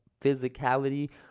physicality